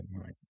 right